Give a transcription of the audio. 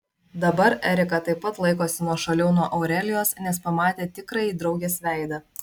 dabar erika taip pat laikosi nuošaliau nuo aurelijos nes pamatė tikrąjį draugės veidą